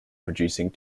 producing